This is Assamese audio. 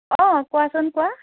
অঁ কোৱাচোন কোৱা